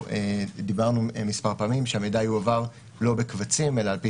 דיברנו מספר פעמים שהמידע יועבר לא בקבצים אלא על-פי